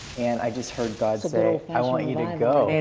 and i just heard god say, i want you to go.